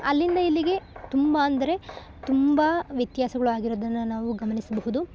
ಅಲ್ಲಿಂದ ಇಲ್ಲಿಗೆ ತುಂಬ ಅಂದರೆ ತುಂಬ ವ್ಯತ್ಯಾಸಗಳು ಆಗಿರೋದನ್ನು ನಾವು ಗಮನಿಸಬಹುದು